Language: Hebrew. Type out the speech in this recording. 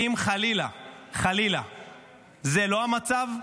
ואם חלילה זה לא המצב,